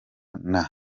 n’abandi